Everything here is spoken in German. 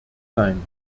sein